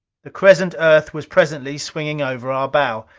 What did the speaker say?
the crescent earth was presently swinging over our bow.